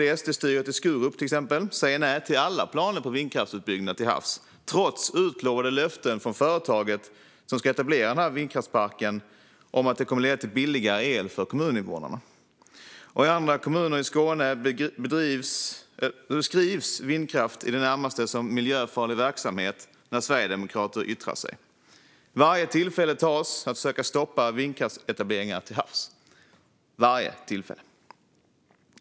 M, KD och SD-styret i Skurup, till exempel, säger nej till alla planer på vindkraftsutbyggnad till havs trots utlovade löften från företaget som vill etablera vindkraftsparken om att det kommer att leda till billigare el för kommuninvånarna. I andra kommuner i Skåne beskrivs vindkraft i det närmaste som miljöfarlig verksamhet när sverigedemokrater yttrar sig. Varje tillfälle tas att försöka stoppa vindkraftsetableringar till havs - varje tillfälle.